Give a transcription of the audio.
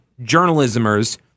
journalismers